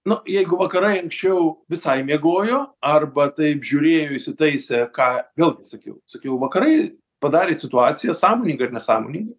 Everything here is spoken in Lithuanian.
nu jeigu vakarai anksčiau visai miegojo arba taip žiūrėjo įsitaisę ką vėlgi sakiau sakiau vakarai padarė situaciją sąmoningai ar nesąmoningai